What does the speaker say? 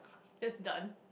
that's done